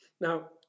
Now